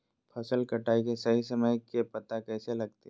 फसल कटाई के सही समय के पता कैसे लगते?